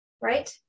right